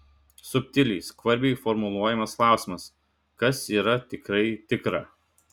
subtiliai skvarbiai formuluojamas klausimas kas yra tikrai tikra